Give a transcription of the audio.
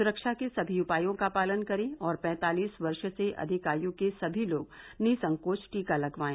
सुरक्षा के सभी उपायों का पालन करें और पैंतालीस वर्ष से अधिक आयु के सभी लोग निःसंकोच टीका लगवाएं